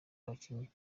abakinnyi